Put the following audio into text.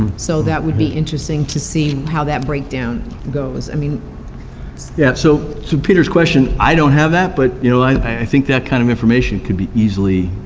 so that would be interesting to see how that breakdown goes. i mean so yeah so so peter's question, i don't have that, but you know i think that kind of information could be easily